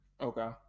Okay